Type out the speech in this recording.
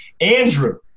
andrew